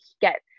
get